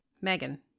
megan